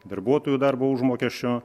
darbuotojų darbo užmokesčio